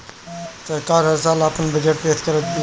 सरकार हल साल आपन बजट पेश करत बिया